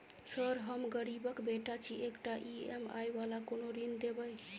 Sir हम गरीबक बेटा छी एकटा ई.एम.आई वला कोनो ऋण देबै?